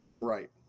Right